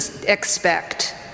expect